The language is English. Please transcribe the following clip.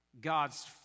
God's